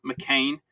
McCain